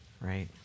right